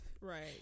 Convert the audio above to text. Right